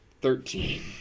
Thirteen